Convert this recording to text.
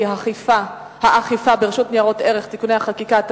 האכיפה ברשות ניירות ערך (תיקוני חקיקה),